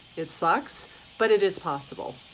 it sucks but it is possible.